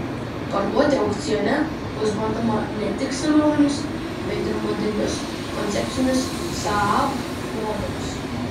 parduoti aukcione bus bandoma ne tik senovinius bet ir modernius koncepcinius saab modelius